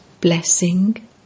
Blessing